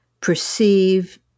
perceive